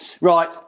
right